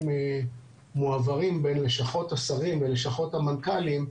מועברים בין לשכות השרים ולשכות המנכ"לים,